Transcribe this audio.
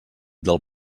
del